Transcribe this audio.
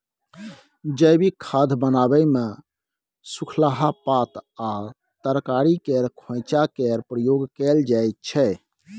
जैबिक खाद बनाबै मे सुखलाहा पात आ तरकारी केर खोंइचा केर प्रयोग कएल जाइत छै